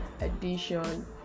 edition